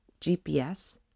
GPS